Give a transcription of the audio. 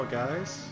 guys